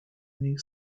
new